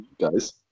guys